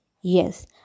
Yes